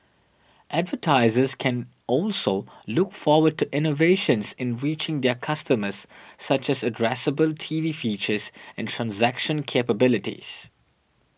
advertisers can also look forward to innovations in reaching their customers such as addressable T V features and transaction capabilities